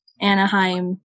Anaheim